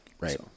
Right